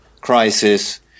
crisis